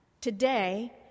Today